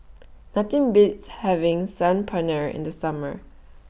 Nothing Beats having Saag Paneer in The Summer